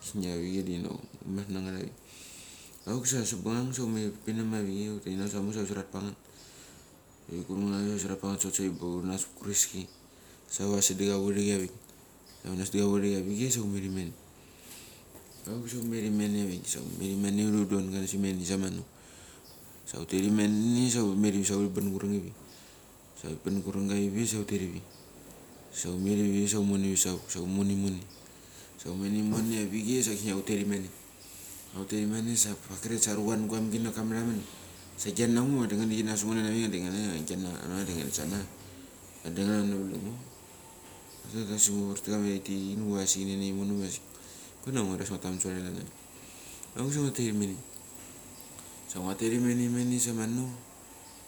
Kisnia avichei da inok hunasnaget avik. Auk sa sabangang sa hupinam avik inamaksa husanat paranget. Sa husarat paranget sotsa hurut nanget savat ka kureski sa huvasada avurachi. Huvasadik avurachi sa humek imene, auk sa humet imene hudon garais emene samano. Sa hutet emene sa hutet uri huriban kureng ivi, sa hupen kurenga ivi sa hutet ivi. Sa humetivi sa humonivet sa vuk sa humon imone sa humon imone avichei sa hutet imane sa pakrek sa aru van gua hamki naka maramen sa agia nango vadi ngini dikina ngango vadi ngan sana vadi ngeni valango sa ngu vartkama iraiktaik da hgu vasichi naimono vasik. Nguairas ia ngatamen savara klan avik. Auksa hutet imene, sa nguatet imene imene samanu